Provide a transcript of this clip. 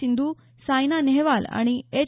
सिंधू साइना नेहवाल आणि एच